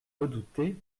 redoutée